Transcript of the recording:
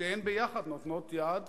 שתיהן ביחד נותנות יד